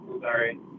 sorry